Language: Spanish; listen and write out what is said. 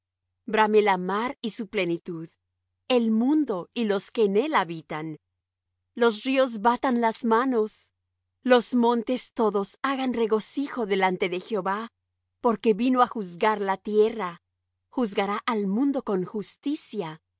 la mar y su plenitud el mundo y los que en él habitan los ríos batan las manos los montes todos hagan regocijo delante de jehová porque vino á juzgar la tierra juzgará al mundo con justicia